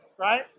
right